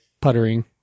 puttering